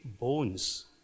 bones